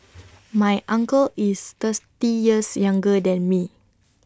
my uncle is thirsty years younger than me